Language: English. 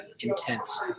intense